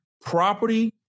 property